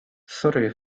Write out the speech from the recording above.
sorry